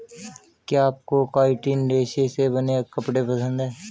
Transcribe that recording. क्या आपको काइटिन रेशे से बने कपड़े पसंद है